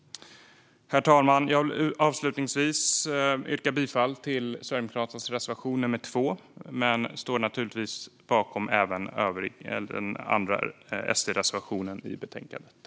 Herr talman! Jag vill avslutningsvis yrka bifall till Sverigedemokraternas reservation nummer 2 men står naturligtvis även bakom den andra SD-reservationen i betänkandet.